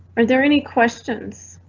are there any questions?